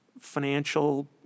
financial